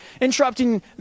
interrupting